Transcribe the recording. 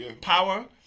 Power